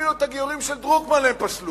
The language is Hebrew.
אפילו את הגיורים של הרב דרוקמן הם פסלו.